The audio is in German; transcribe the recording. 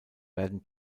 werden